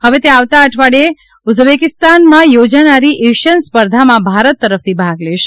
હવે તે આવતા અઠવાડિયે ઉઝબેકિસ્તાનમાં યોજાનારી એશિયન સ્પર્ધામાં ભારત તરફથી ભાગ લેશે